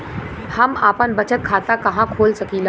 हम आपन बचत खाता कहा खोल सकीला?